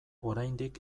oraindik